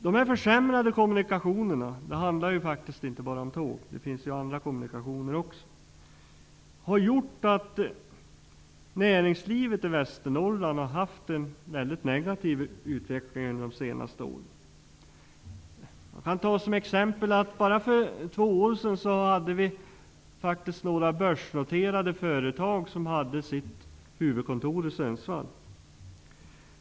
De försämrade kommunikationerna -- det handlar ju faktiskt inte bara om tåg utan också om andra kommunikationer -- har gjort att näringslivet i Västernorrland har fått en väldigt negativ utveckling under de senaste åren. Jag kan som exempel nämna att det bara för två år sedan faktiskt fanns några börsnoterade företag som hade sina huvudkontor i Sundsvall.